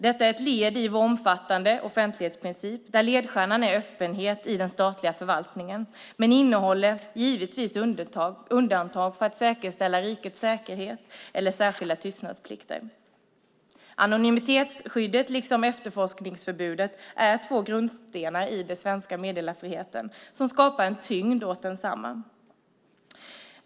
Detta är ett led i vår omfattande offentlighetsprincip där ledstjärnan är öppenhet i den statliga förvaltningen, men innehåller givetvis undantag för att säkerhetsställa rikets säkerhet eller särskilda tystnadsplikter. Anonymitetsskyddet liksom efterforskningsförbudet är två grundstenar i den svenska meddelarfriheten som skapar en tyngd åt den.